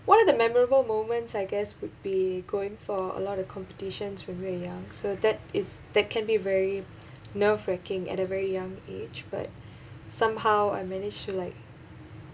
one of the memorable moments I guess would be going for a lot of competitions when we were young so that is that can be very nerve wrecking at a very young age but somehow I managed to like